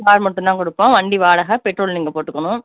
car மட்டும் தான் கொடுப்போம் வண்டி வாடகை பெட்ரோல் நீங்கள் போட்டுக்கணும்